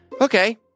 Okay